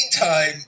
meantime